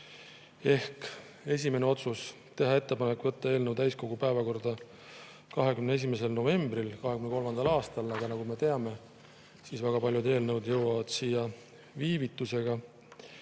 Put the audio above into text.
Esimene otsus oli teha ettepanek võtta eelnõu täiskogu päevakorda 21. novembril 2023. aastal, aga nagu me teame, väga paljud eelnõud jõuavad siia viivitusega.